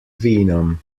venom